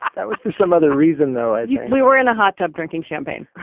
that was for some other reason though. we were in a hot tub drinking champagne.